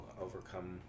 overcome